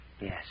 Yes